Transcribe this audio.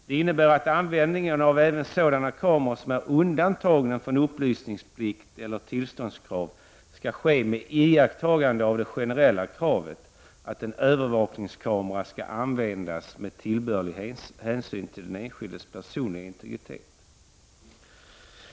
Det innebär att användningen av alla övervakningskameror, även sådana som är undantagna från upplysningsplikt och tillståndskrav, skall ske med iakttagande av det generella kravet att en övervakningskamera skall användas med tillbörlig hänsyn till den enskildes personliga integritet.